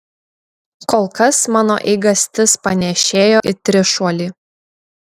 kol kas mano eigastis panėšėjo į trišuolį